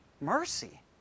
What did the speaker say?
mercy